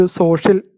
social